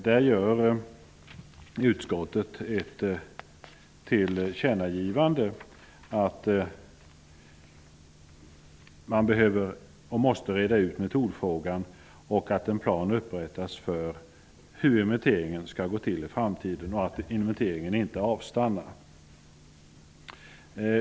Här gör utskottet ett tillkännagivande om att man måste reda ut metodfrågan och att en plan bör upprättas för hur inventeringen skall gå till i framtiden så att inventeringen inte avstannar.